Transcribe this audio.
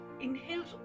Inhales